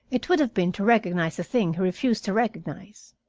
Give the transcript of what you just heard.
it would have been to recognize a thing he refused to recognize.